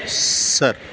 sir